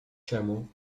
czemu